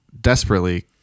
desperately